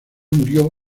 murió